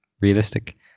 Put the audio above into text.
realistic